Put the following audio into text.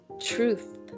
Truth